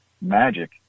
magic